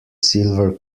silver